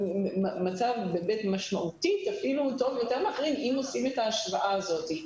מצב שבאמת משמעותית אפילו טוב יותר מאחרים אם עושים את ההשוואה הזאת.